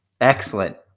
excellent